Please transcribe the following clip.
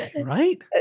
right